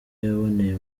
yaboneye